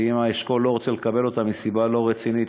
ואם האשכול לא רוצה לקבל אותה מסיבה לא רצינית,